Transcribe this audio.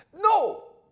No